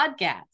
podcast